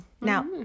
Now